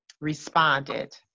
responded